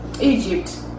Egypt